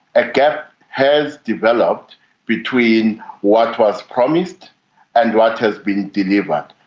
a gap has developed between what was promised and what has been delivered.